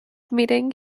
meeting